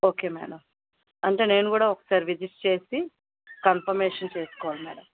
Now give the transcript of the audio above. okay madam అంటే నేను కూడా ఒకసారి విజిట్ చేసి కన్ఫర్మేషన్ చేసుకోవాలి మేడం